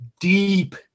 deep